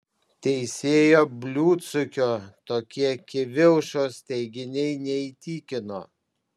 teisėjo bliudsukio tokie kivilšos teiginiai neįtikino